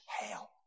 hell